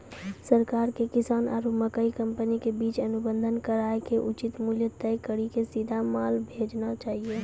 सरकार के किसान आरु मकई कंपनी के बीच अनुबंध कराय के उचित मूल्य तय कड़ी के सीधा माल भेजना चाहिए?